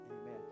amen